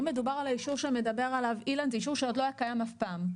אם מדובר על האישור שמדבר עליו אילן זה אישור שלא היה קיים אף פעם.